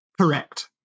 Correct